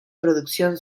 producción